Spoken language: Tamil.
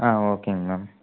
ஆ ஓகேங்க மேம்